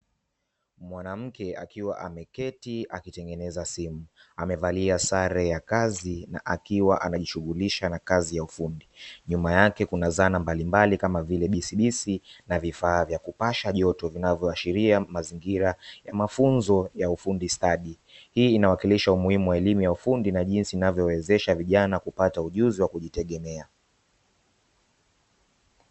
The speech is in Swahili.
Mwanamke akiwa ameketi akitengeneza simu amevalia sare ya kazi na akiwa anajishughulisha na kazi ya ufundi. Nyuma yake kuna zana mbalimbali kama vile bisibisi na vifaa vya kupasha joto vinavyoashiria mazingira ya mafunzo ya ufundi stadi. Hii inawakilisha umuhimu wa elimu ya ufundi na jinsi inavyowezesha vijana kupata ujuzi wa kujitegemea.